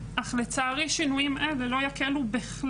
אז למה הן לא תקבלנה